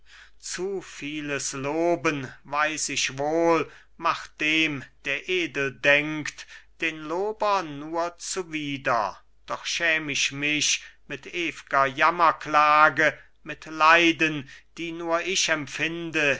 zu vieles loben weiß ich wohl macht dem der edel denkt den lober nur zuwider doch schäm ich mich mit ew'ger jammerklage mit leiden die nur ich empfinde